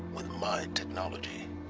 with my technology